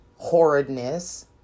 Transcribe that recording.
horridness